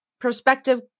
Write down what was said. prospective